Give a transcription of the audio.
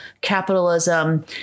capitalism